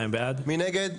הצבעה בעד,